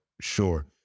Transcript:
sure